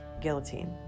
guillotine